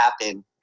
happen